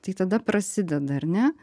tai tada prasideda ar ne